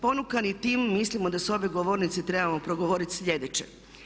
Ponukani tim mislimo da sa ove govornice trebamo progovoriti sljedeće.